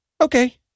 okay